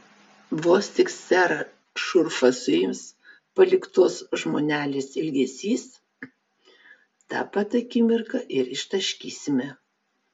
vos tik serą šurfą suims paliktos žmonelės ilgesys tą pat akimirką ir ištaškysime